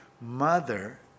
mother